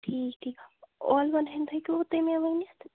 ٹھیٖک تھیٖک اولوَن ہٕنٛدۍ ہیٚکِوٕ تُہۍ مےٚ ؤنِتھ